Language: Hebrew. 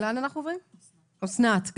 אסנת.